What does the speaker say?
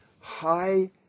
high